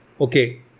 okay